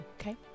Okay